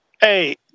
Hey